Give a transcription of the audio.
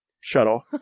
shuttle